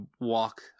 walk